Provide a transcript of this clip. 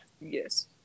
Yes